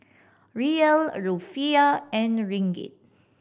Riyal Rufiyaa and Ringgit